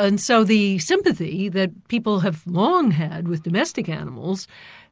and so the sympathy that people have long had with domestic animals